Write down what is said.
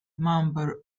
member